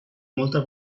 molta